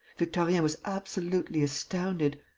victorien was absolutely astounded.